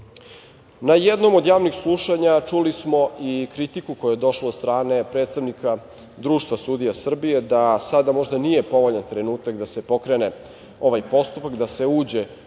jednom od javnih slušanja čuli smo i kritiku koja je došla od strane predstavnika Društva sudija Srbije da sada možda nije povoljan trenutak da se pokrene ovaj postupak, da se uđe